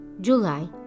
July